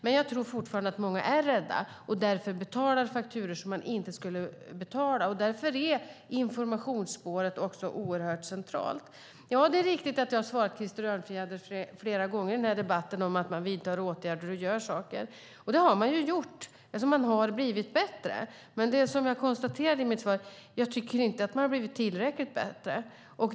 Men jag tror fortfarande att många är rädda och därför betalar fakturor som de inte skulle betala. Därför är det informationsspåret också oerhört centralt. Ja, det är riktigt att jag har svarat Krister Örnfjäder flera gånger i debatten att man vidtar åtgärder och gör saker. Det har man gjort, och man har blivit bättre. Men som jag konstaterade i mitt svar tycker jag inte att man har blivit tillräckligt mycket bättre.